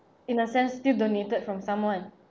in a sense still donated from someone